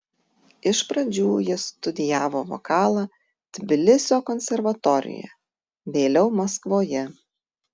iš pradžių jis studijavo vokalą tbilisio konservatorijoje vėliau maskvoje